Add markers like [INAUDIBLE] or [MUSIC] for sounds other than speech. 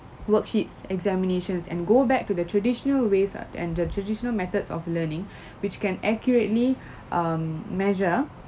worksheets examinations and go back to the traditional ways err and the traditional methods of learning [BREATH] which can accurately [BREATH] um measure